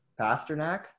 Pasternak